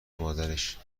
مادرش